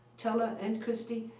teller and christy,